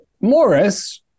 Morris